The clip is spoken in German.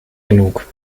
genug